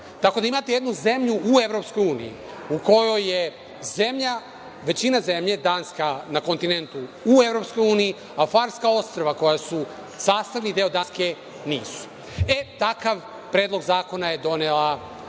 Tako da, imate jednu zemlju u EU u kojoj je većina zemlje Danske na kontinentu u EU, a Farska Ostrva koja su sastavni deo Danske nisu. E, takav predlog zakona je donela